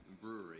brewery